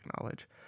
knowledge